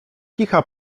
kicha